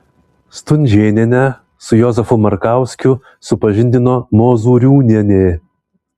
stunžėnienę su jozefu markauskiu supažindino mozūriūnienė